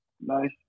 nice